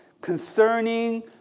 concerning